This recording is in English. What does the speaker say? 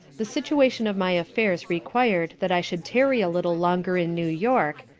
the situation of my affairs requir'd that i should tarry a little longer in new-york,